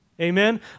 Amen